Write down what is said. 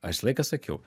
aš visą laiką sakiau